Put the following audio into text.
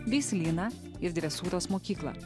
veislyną ir dresūros mokyklą